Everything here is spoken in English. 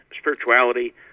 spirituality